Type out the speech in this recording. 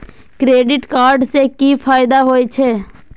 Credit card से कि फायदा होय छे?